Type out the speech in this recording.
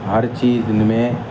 ہر چیز ان میں